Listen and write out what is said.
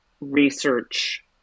Research